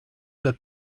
that